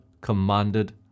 commanded